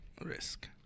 Risk